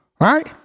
right